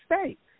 States